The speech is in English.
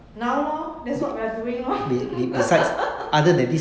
now lor that's what we are doing lor